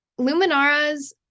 Luminara's